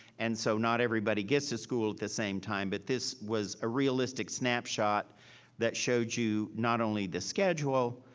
and so not everybody gets to school at the same time, but this was a realistic snapshot that showed you not only the schedule,